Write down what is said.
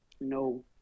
No